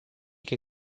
che